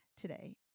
today